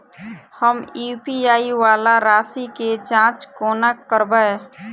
हम यु.पी.आई वला राशि केँ जाँच कोना करबै?